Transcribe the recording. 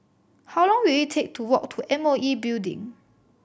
how long will it take to walk to M O E Building